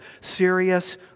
serious